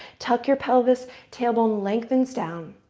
tuck your pelvis. tailbone lengthens down.